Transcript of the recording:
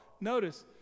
notice